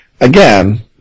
again